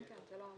זה יעלה לדיון